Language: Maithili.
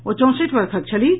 ओ चौंसठि वर्षक छलीह